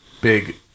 big